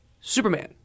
Superman